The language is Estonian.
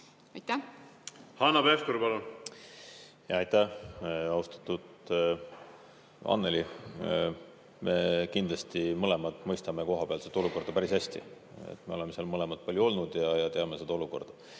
Hanno Pevkur, palun! Aitäh! Austatud Anneli! Me kindlasti mõlemad mõistame kohapealset olukorda päris hästi. Me oleme seal mõlemad palju olnud ja teame seda olukorda.